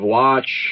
watch